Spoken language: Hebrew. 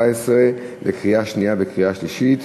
קריאה שנייה וקריאה שלישית.